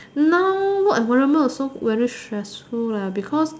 now I foreigner also very stressful lah because